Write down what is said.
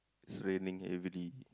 it's raining heavily